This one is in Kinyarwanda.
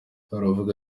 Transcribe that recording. aravuga